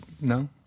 No